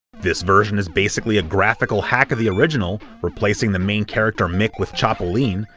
this version is basically a graphical hack of the original, replacing the main character mick with chapolin,